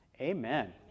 Amen